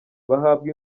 bahabwa